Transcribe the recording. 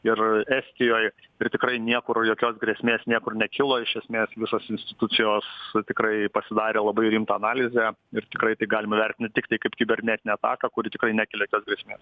ir estijoj ir tikrai niekur jokios grėsmės niekur nekilo iš esmės visos institucijos tikrai pasidarė labai rimtą analizę ir tikrai tai galima vertint tiktai kaip kibernetinę ataką kuri tikrai nekelia jokios grėsmės